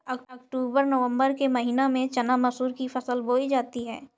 अक्टूबर नवम्बर के महीना में चना मसूर की फसल बोई जाती है?